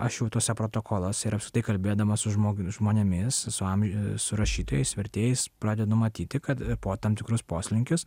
aš jau tuose protokoluose ir apskritai kalbėdamas su žmogu žmonėmis su amži su rašytojais vertėjais pradedu matyti kad po tam tikrus poslinkius